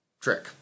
trick